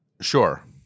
sure